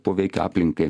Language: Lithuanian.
poveikio aplinkai